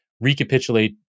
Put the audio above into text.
recapitulate